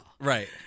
right